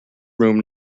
room